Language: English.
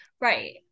Right